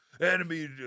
Enemy